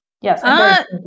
yes